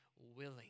willing